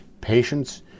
patients